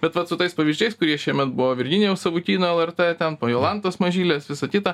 bet vat su tais pavyzdžiais kurie šiemet buvo virginijaus savukyno lrt ten po jolantos mažylės visa kita